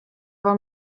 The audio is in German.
war